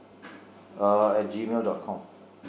(uh)at g mail dot com